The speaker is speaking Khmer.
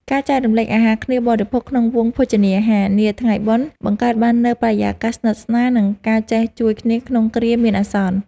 ការចែករំលែកអាហារគ្នាបរិភោគក្នុងវង់ភោជនាអាហារនាថ្ងៃបុណ្យ បង្កើតបាននូវបរិយាកាសស្និទ្ធស្នាល និងការចេះជួយគ្នាក្នុងគ្រាមានអាសន្ន។